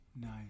Nice